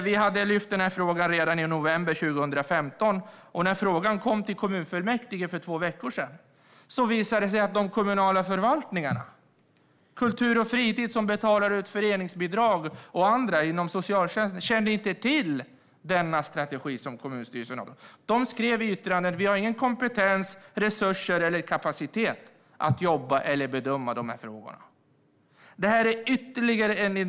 Vi hade tagit upp frågan redan i november 2015, men när frågan kom till kommunfullmäktige för två veckor sedan visade det sig att de kommunala förvaltningarna, bland andra kultur och fritid som betalar ut föreningsbidrag och socialtjänsten, inte kände till den strategi som kommunstyrelsen antagit. De skrev i yttrandet: Vi har varken kompetens, resurser eller kapacitet att bedöma eller jobba med dessa frågor. Fru talman och fru statsråd!